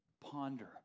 Ponder